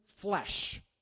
flesh